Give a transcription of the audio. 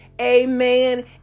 amen